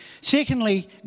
Secondly